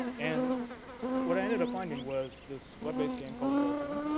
and what i ended up finding was this web based game called a dark room.